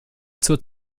zur